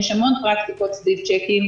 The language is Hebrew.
יש המון פרקטיקות סביב צ'קים.